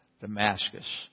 Damascus